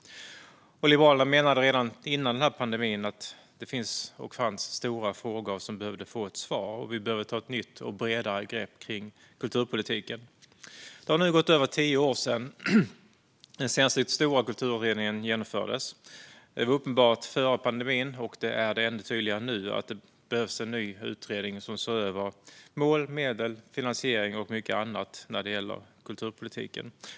Liberalerna menade redan innan pandemin att det fanns stora frågor som behövde få svar, och vi behöver nu ta ett nytt och bredare grepp om kulturpolitiken. Det har nu gått över tio år sedan den senaste stora kulturutredningen genomfördes. Det var uppenbart före pandemin, och det är ännu tydligare nu, att det behövs en ny utredning som ska se över mål, medel, finansiering och mycket annat i kulturpolitiken.